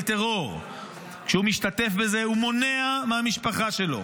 טרור שכשהוא משתתף בזה הוא מונע מהמשפחה שלו